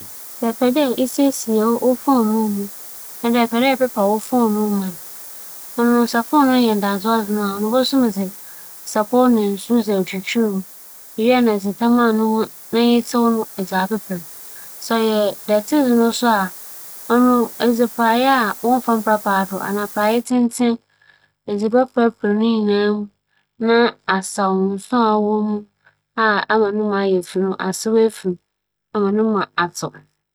Fononoo a yɛwͻ no nnyɛ abaefor dze no bi ntsi sɛ merepepa mu a, dza meyɛ nye dɛ midzi kan pra no mu nsonna mesaw kͻtuu gu. ͻno ekyir no, mokokoa no ho nyinara. Iyi nye kwan a mefa do me pepa hɛn fononoo a ͻwͻ fie no ho.